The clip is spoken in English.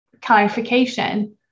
clarification